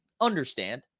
understand